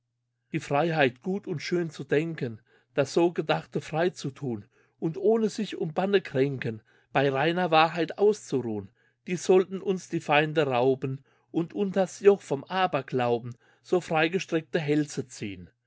die freiheit gut und schön zu denken das so gedachte frei zu thun und ohne sich um banne kränken bey reiner wahrheit auszuruhn die sollten uns die feinde rauben und unter s joch vom aberglauben so frei gestreckte hälse ziehn